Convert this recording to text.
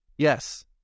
Yes